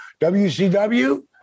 WCW